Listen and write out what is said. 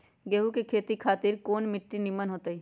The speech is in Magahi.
गेंहू की खेती खातिर कौन मिट्टी निमन हो ताई?